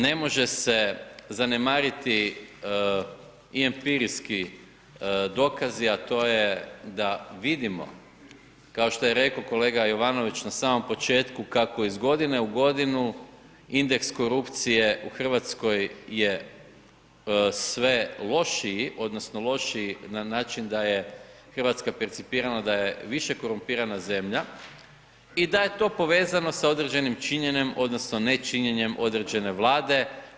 Ne može se zanemariti i empirijski dokazi, a to je da vidimo kao što je rekao kolega Jovanović na samom početku, kako iz godine u godinu indeks korupcije u Hrvatskoj je sve lošiji odnosno lošiji na način da je Hrvatska percipirana, a je više korumpirana zemlja i da je to povezano sa određenim činjenjem odnosno ne činjenjem određene vlade.